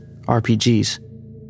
RPGs